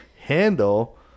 handle